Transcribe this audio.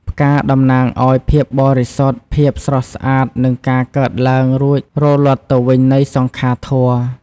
ផ្កា តំណាងឱ្យ ភាពបរិសុទ្ធ ភាពស្រស់ស្អាត និងការកើតឡើង រួចរលត់ទៅវិញនៃសង្ខារធម៌។